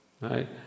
right